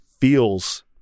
feels